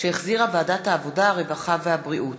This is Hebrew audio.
שהחזירה ועדת העבודה, הרווחה והבריאות,